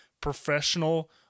professional